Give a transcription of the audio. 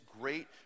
great